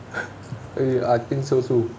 eh I think so too